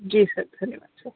जी sir धन्यवाद sir